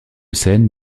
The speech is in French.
scène